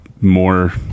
more